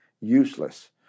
useless